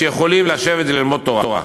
שיכולים לשבת וללמוד תורה.